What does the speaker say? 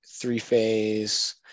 three-phase